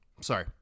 sorry